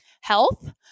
Health